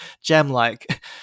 gem-like